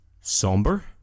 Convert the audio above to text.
Somber